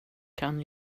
kan